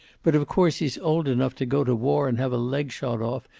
but of course he's old enough to go to war and have a leg shot off,